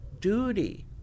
duty